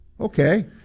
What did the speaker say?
okay